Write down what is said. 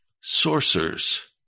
sorcerers